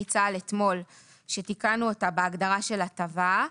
צה"ל אתמול שתיקנו אותה בהגדרה של הטבה,